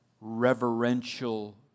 reverential